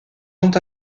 ont